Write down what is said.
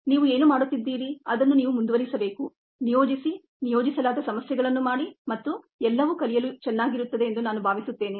ನೀವು ಏನು ಮಾಡುತ್ತಿದ್ದೀರಿ ಅದ್ಧನ್ನು ನೀವು ಮುಂದುವರಿಸಬೇಕು ನಿಯೋಜಿಸಿ ನಿಯೋಜಿಸಲಾದ ಸಮಸ್ಯೆಗಳನ್ನು ಮಾಡಿ ಮತ್ತು ಎಲ್ಲವೂ ಕಲಿಯಲು ಚೆನ್ನಾಗಿ ಇರುತ್ತದೆ ಎಂದು ನಾನು ಭಾವಿಸುತ್ತೇನೆ